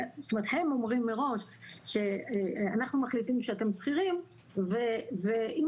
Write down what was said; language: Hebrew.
הם אומרים מראש שאנחנו מחליטים שאתם שכירים ואם